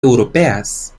europeas